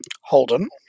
Holden